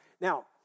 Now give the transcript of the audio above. Now